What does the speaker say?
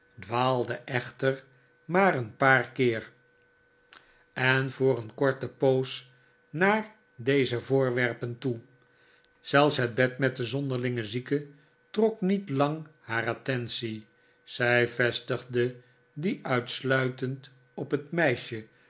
dwaalde echter maar een paar keer en voor een korte poos naar deze voorwerpen toe zelfs het bed met den zonderlingen zieke trok niet lang haar attentie zij vestigde die uitsluitend op het meisje